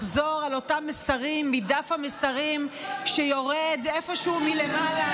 לחזור על אותם מסרים מדף המסרים שיורד איפשהו מלמעלה,